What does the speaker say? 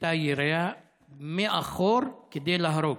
הייתה ירייה מאחור כדי להרוג.